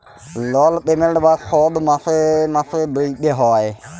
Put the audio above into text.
লল পেমেল্ট বা শধ মাসে মাসে দিইতে হ্যয়